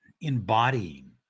embodying